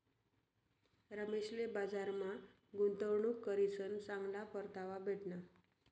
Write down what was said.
रमेशले बजारमा गुंतवणूक करीसन चांगला परतावा भेटना